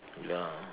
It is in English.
ya